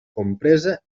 compresa